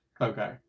okay